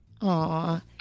Aw